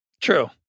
True